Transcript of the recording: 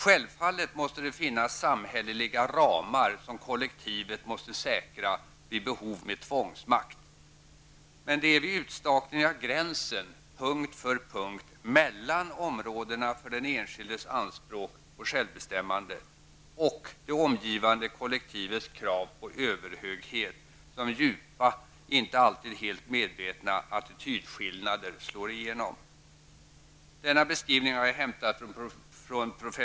Självfallet måste det finnas samhälliga ramar som kollektivet måste säkra, vid behov med tvångsmakt. Men det är vid utstakningen av gränsen, punkt för punkt, mellan områdena för den enskildes anspråk på självbestämmande och det omgivande kollektivets krav på överhöghet som djupa, inte alltid helt medvetna, attitydskillnader slår igenom. Denna beskrivning har jag hämtat från prof.